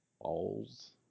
balls